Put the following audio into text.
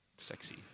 Sexy